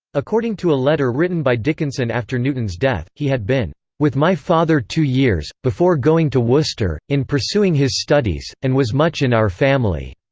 according to a letter written by dickinson after newton's death, he had been with my father two years, before going to worcester in pursuing his studies, and was much in our family.